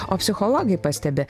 o psichologai pastebi